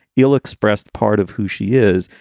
ill expressed part of who she is.